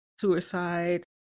suicide